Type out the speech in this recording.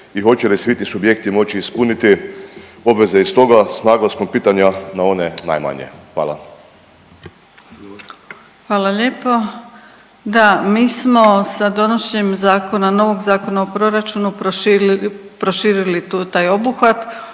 i hoće li svi ti subjekti moći ispuniti obveze iz toga s naglaskom pitanja na one najmanje? Hvala. **Perić, Grozdana (HDZ)** Hvala lijepo. Da, mi smo sa donošenjem zakona, novog Zakona o proračunu proširili taj obuhvat.